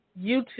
YouTube